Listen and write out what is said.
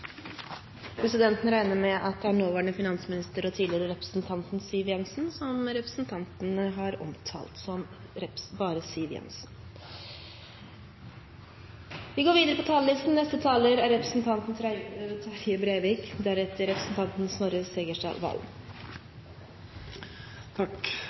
Presidenten regner med at det er nåværende finansminister og tidligere stortingsrepresentant Siv Jensen som representanten har omtalt som bare Siv Jensen. Når me no gjer den siste handsaminga av statsbudsjettet 2014, er